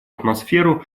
атмосферу